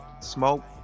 smoke